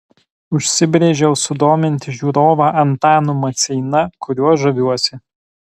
užsibrėžiau sudominti žiūrovą antanu maceina kuriuo žaviuosi